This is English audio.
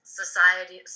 society